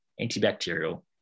antibacterial